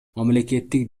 мамлекеттик